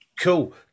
cool